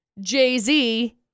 Jay-Z